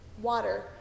water